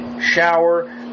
shower